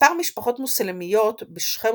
מספר משפחות מוסלמיות בשכם